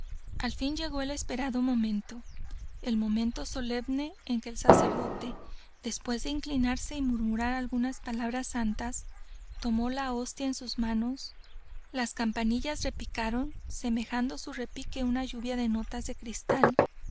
al fin llegó el esperado momento el momento solemne en que el sacerdote después de inclinarse y murmurar algunas palabras santas tomó la hostia en sus manos las campanillas repicaron semejando su repique una lluvia de notas de cristal